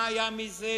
מה היה מזה?